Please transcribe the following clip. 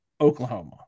Oklahoma